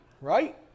Right